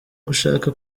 gushaka